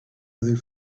other